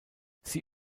sie